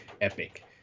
epic